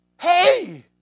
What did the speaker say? hey